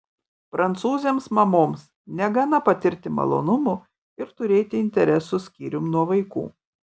prancūzėms mamoms negana patirti malonumų ir turėti interesų skyrium nuo vaikų